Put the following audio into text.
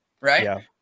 right